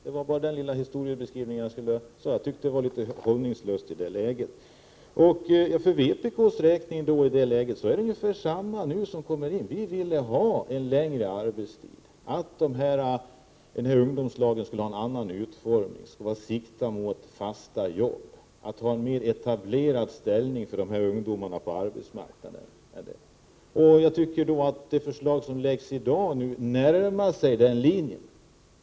Det vara bara det som jag tyckte var litet hållningslöst. För vpk är det i dag detsamma som då: vi vill ha en längre arbetstid, och vi vill att ungdomslagen skall ha en annan utformning. Man skall sikta mot fast arbete och mot att ungdomarna skall få en mer etablerad ställning på arbetsmarknaden. Det förslag som läggs fram i dag närmar sig detta.